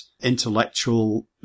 intellectual